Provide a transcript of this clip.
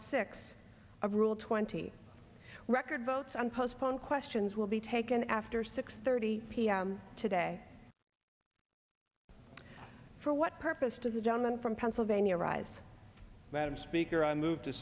six of rule twenty record votes and postpone questions will be taken after six thirty p m today for what purpose does a gentleman from pennsylvania arise madam speaker i move to